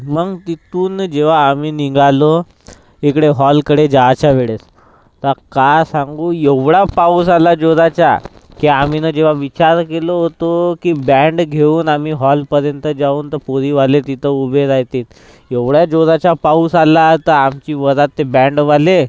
मग तिथून जेव्हा आम्ही निघालो इकडे हॉलकडे जायच्या वेळेस तर काय सांगू एवढा पाऊस आला जोराचा की आम्ही न जेव्हा विचार केलो होतो की बँड घेऊन आम्ही हॉलपर्यंत जाऊन तर पोरीवाले तिथं उभे राहतात एवढ्या जोराच्या पाऊस आला तर आमची वरात ते बँडवाले